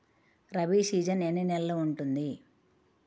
Rabi season ఎన్ని నెలలు ఉంటుంది?